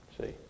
See